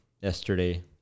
yesterday